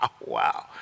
wow